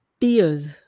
tears